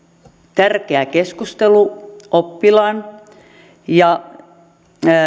tärkeä keskustelu oppilaan ja